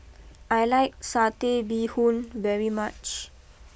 I like Satay Bee Hoon very much